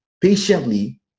patiently